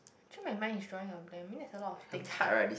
actually my mind is drawing a blank maybe there's a lot of things but